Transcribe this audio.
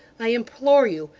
i implore you.